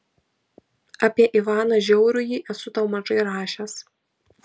apie ivaną žiaurųjį esu tau mažai rašęs